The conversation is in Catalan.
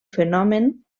fenomen